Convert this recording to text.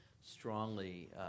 Strongly